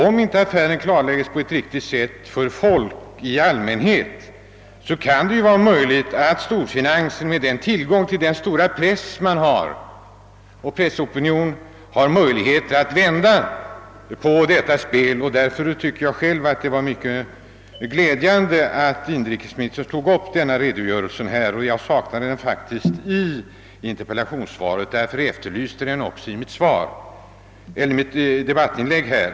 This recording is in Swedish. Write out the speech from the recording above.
Om inte affären klarlägges ordentligt för folk i allmänhet, kan det ju hända att storfinansen med dess stora press och möjligheter att skapa pressopinion lyckas vända på saken. Därför tycker jag att det var mycket glädjande att inrikesministern lämnade denna redogörelse nu. Jag saknade den faktiskt i inter pellationssvaret och efterlyste den därför i mitt debattinlägg här.